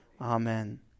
amen